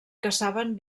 caçaven